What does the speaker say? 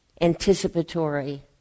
anticipatory